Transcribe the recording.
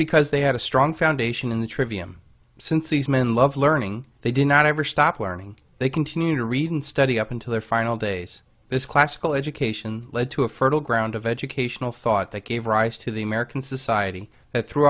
because they had a strong foundation in the trivium since these men love learning they did not ever stop learning they continued to read and study up until their final days this classical education led to a fertile ground of educational thought that gave rise to the american society that thr